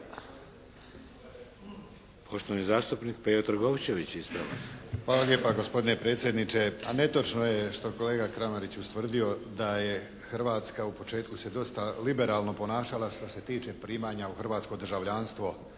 netočnog navoda. **Trgovčević, Pejo (HSP)** Hvala lijepa gospodine predsjedniče. Pa netočno je što je kolega Kramarić ustvrdio, da je Hrvatska u početku se dosta liberalno ponašala što se tiče primanja u hrvatsko državljanstvo,